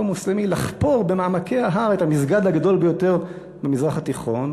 המוסלמי לחפור במעמקי ההר את המסגד הגדול ביותר במזרח התיכון.